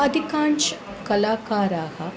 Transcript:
अधिकांशाः कलाकाराः